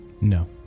No